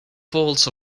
folds